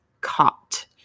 caught